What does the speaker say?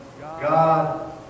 God